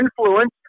influence